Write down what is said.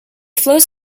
flows